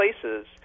places